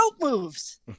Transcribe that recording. moves